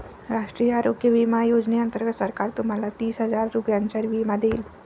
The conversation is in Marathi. राष्ट्रीय आरोग्य विमा योजनेअंतर्गत सरकार तुम्हाला तीस हजार रुपयांचा विमा देईल